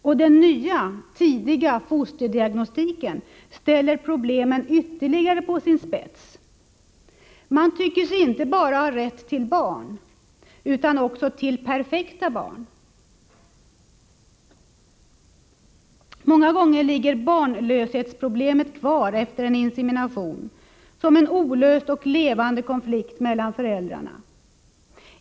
Och den nya, tidiga fosterdiagnostiken ställer problemen ytterligare på sin spets; man tycker sig inte bara ha rätt till barn utan också till perfekta barn. Många gånger ligger barnlöshetsproblemet kvar efter en insemination som en olöst och levande konflikt mellan föräldrarna.